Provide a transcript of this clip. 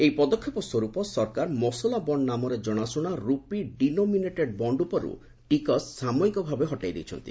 ଏହି ପଦକ୍ଷେପ ସ୍ୱର୍ପ ସରକାର ମସଲାବଣ୍ଡ ନାମରେ ଜଣାଶୁଣା ରୁପି ଡିନୋମିନେଟେଡ୍ ବଣ୍ଡ ଉପର୍ ଟିକସ୍ ସାମୟିକଭାବେ ହଟାଇ ଦେଇଛନ୍ତି